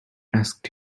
asked